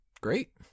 great